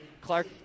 Clark